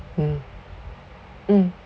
mm mm